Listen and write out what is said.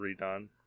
redone